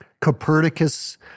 Copernicus